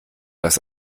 das